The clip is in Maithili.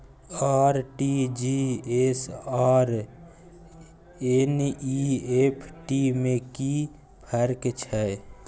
आर.टी.जी एस आर एन.ई.एफ.टी में कि फर्क छै?